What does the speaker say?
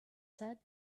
said